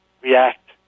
react